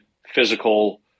physical